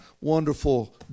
wonderful